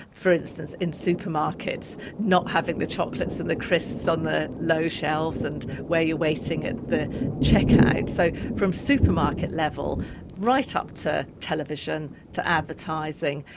for instance, in supermarkets not having the chocolates and the crisps on the low shelves and where you're waiting at the checkout. so, from supermarket level right up to television, to advertising,